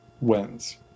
wins